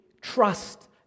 trust